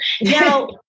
Now